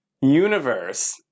universe